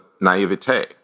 naivete